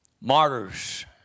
Martyrs